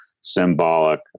symbolic